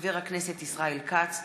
חבר הכנסת ישראל כץ,